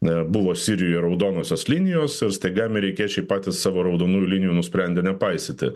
buvo sirijoje raudonosios linijos ir staiga amerikiečiai patys savo raudonų linijų nusprendė nepaisyti